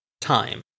Time